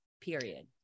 period